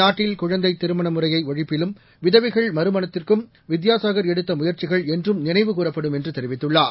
நாட்டில் குழந்தை திருமண முறை ஒழிப்பிலும் விதவை மறுமணத்திற்கும் வித்யாசாகர் எடுத்த முயற்சிகள் என்றும் நினைவுகூரப்படும் என்று தெரிவித்துள்ளார்